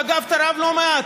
ואגב תרם לא מעט.